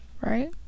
right